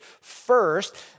First